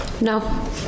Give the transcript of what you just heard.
No